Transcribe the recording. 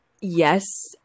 Yes